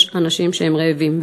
יש אנשים שהם רעבים.